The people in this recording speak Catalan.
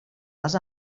les